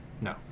No